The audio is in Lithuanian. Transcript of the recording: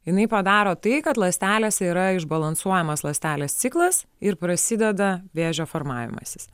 jinai padaro tai kad ląstelėse yra išbalansuojamas ląstelės ciklas ir prasideda vėžio formavimasis